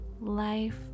Life